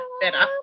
better